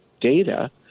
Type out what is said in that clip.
data